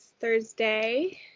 Thursday